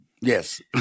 Yes